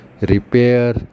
repair